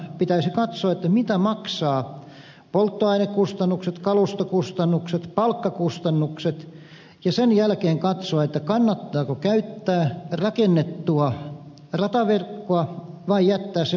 pitäisi katsoa mitä maksavat polttoainekustannukset kalustokustannukset palkkakustannukset ja sen jälkeen pitäisi katsoa kannattaako käyttää rakennettua rataverkkoa vai jättää se vajaalle käytölle